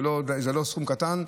זה לא סכום קטן,